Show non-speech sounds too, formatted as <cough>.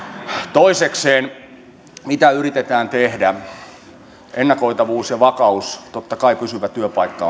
toisekseen mitä yritetään tehdä ennakoitavuus ja vakaus totta kai pysyvä työpaikka <unintelligible>